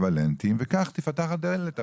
אקוויוולנטיים, וכך תיפתח הדלת".